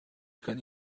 kan